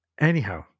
anyhow